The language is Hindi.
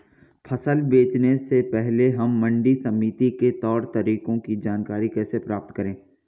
फसल को बेचने से पहले हम मंडी समिति के तौर तरीकों की जानकारी कैसे प्राप्त करें?